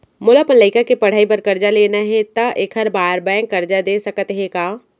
मोला अपन लइका के पढ़ई बर करजा लेना हे, त एखर बार बैंक करजा दे सकत हे का?